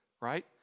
right